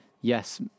yes